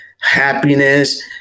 happiness